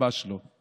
ממש לא.